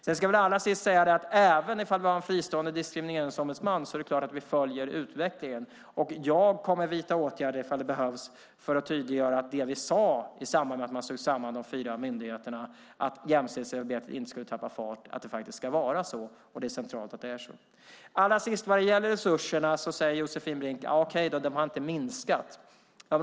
Även om man har en fristående diskrimineringsombudsman är det klart att vi följer utvecklingen. Jag kommer att vidta åtgärder ifall det behövs för att tydliggöra att det faktiskt ska vara så som vi sade i samband med att man slog samman de fyra myndigheterna: att jämställdhetsarbetet inte skulle tappa fart. Det är centralt att det är så. Josefin Brink medger att resurserna inte har minskat.